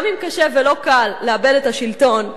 גם אם קשה ולא קל לאבד את השלטון,